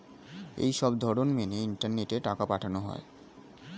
এই সবধরণ মেনে ইন্টারনেটে টাকা পাঠানো হয়